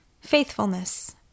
faithfulness